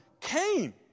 came